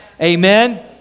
Amen